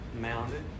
mounted